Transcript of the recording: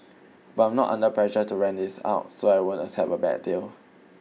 but I'm not under pressure to rent this out so I won't accept a bad deal